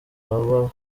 haba